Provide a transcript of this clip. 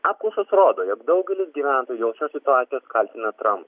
apklausos rodo jog daugelis gyventojų situacijos kaltina tram